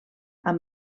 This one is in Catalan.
amb